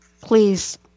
Please